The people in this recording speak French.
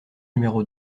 numéro